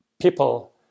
people